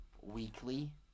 weekly